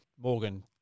Morgan